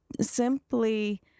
simply